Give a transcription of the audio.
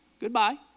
goodbye